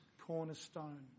cornerstone